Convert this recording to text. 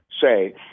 say